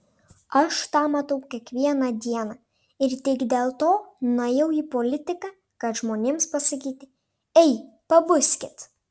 aš tą matau kiekvieną dieną ir tik dėl to nuėjau į politiką kad žmonėms pasakyti ei pabuskit